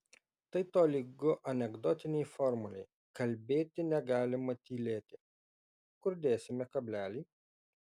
tai tolygu anekdotinei formulei kalbėti negalima tylėti kur dėsime kablelį